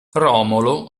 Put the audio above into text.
romolo